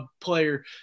player